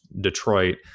Detroit